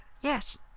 yes